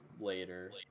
later